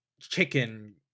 chicken